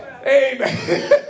Amen